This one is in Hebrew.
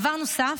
דבר נוסף,